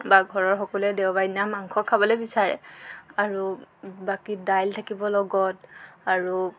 বা ঘৰৰ সকলোৱে দেওবাৰৰদিনা মাংস খাবলৈ বিচাৰে আৰু বাকী দাইল থাকিব লগত আৰু